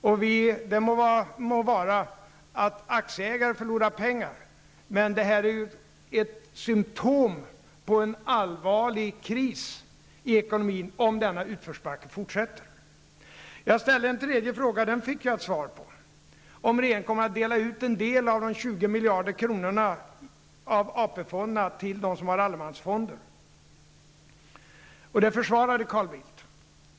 Det må vara att aktieägare förlorar pengar, men det är ett symptom på en allvarlig kris i ekonomin om denna utförsbacke fortsätter. Jag ställde en tredje fråga som jag fick ett svar på, nämligen om regeringen kommer att dela ut en del av de 20 miljarderna i AP-fonderna till dem som har allemansfonder. Detta försvarade Carl Bildt.